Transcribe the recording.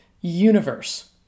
universe